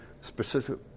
specific